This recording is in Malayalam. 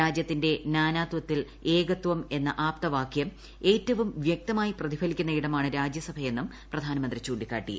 രാജ്യത്തിന്റെ നാനാത്വത്തിൽ ഏകത്വം എന്ന ആപ്തവാക്യം ഏറ്റവും വ്യക്തമായി പ്രതിഫലിക്കുന്ന ഇടമാണ് രാജ്യസഭയെന്നും പ്രധാനമന്ത്രി ചൂണ്ടിക്കാട്ടി